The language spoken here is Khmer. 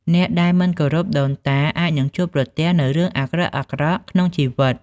អ្នកដែលមិនគោរពដូនតា អាចនឹងជួបប្រទះនូវរឿងអាក្រក់ៗក្នុងជីវិត។